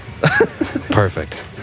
Perfect